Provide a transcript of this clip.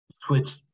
switch